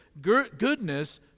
Goodness